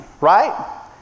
right